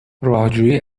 راهجویی